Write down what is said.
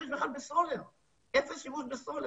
בעוד פחות מחמש שנים יהיה אפס שימוש בפחם.